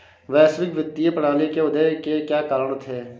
वैश्विक वित्तीय प्रणाली के उदय के क्या कारण थे?